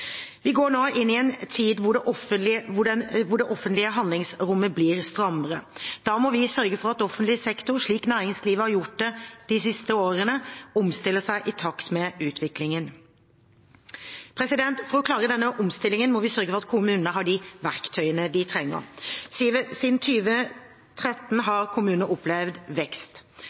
Vi går nå inn i en tid der det offentlige handlingsrommet blir strammere. Da må vi sørge for at offentlig sektor, slik næringslivet har gjort de siste årene, omstiller seg i takt med utviklingen. For å klare den omstillingen må vi sørge for at kommunene har de verktøyene de trenger. Siden 2013 har kommunene opplevd vekst.